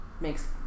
makes